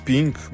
Pink